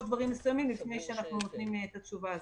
דברים מסוימים לפני שאנחנו נותנים את התשובה הזאת.